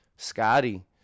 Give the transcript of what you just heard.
Scotty